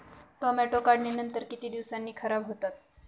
Tomato काढणीनंतर किती दिवसांनी खराब होतात?